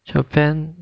japan